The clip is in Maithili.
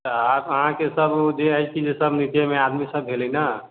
तऽ अहाँकेॅं सब जे अछि कि सब नीचेमे आदमी सब भेलै ने